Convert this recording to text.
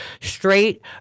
Straight